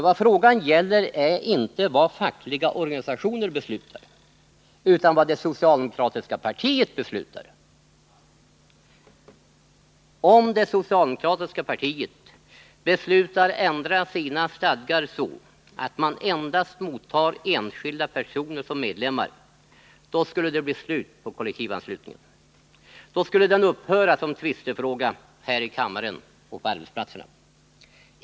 Vad frågan gäller är inte vad fackliga organisationer beslutar, utan Förbud mot kol Om det socialdemokratiska partiet beslutade att ändra sina stadgar så, att man endast mottar enskilda personer som medlemmar, då skulle det bli slut på kollektivanslutningen, då skulle den upphöra som tvistefråga här i kammaren och på arbetsplatserna.